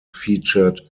featured